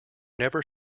never